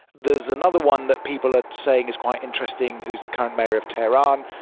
there's another one that people are saying is quite interesting who is the current mayor of tehran,